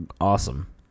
Awesome